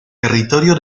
territorio